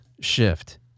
shift